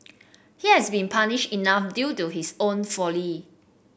he has been punished enough due to his own folly